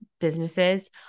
businesses